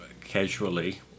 casually